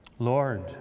Lord